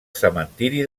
cementiri